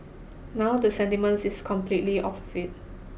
now the sentiment is completely opposite